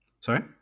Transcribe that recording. Sorry